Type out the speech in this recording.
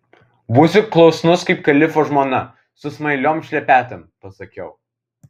būsiu klusnus kaip kalifo žmona su smailiom šlepetėm pasakiau